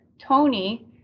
Tony